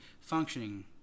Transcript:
functioning